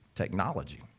technology